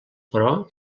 però